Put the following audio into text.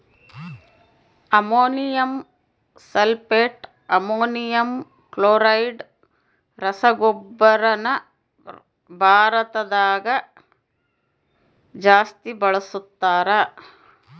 ammonium sulphate, ammonium chloride ರಸಗೊಬ್ಬರನ ಭಾರತದಗ ಜಾಸ್ತಿ ಬಳಸ್ತಾರ